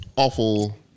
awful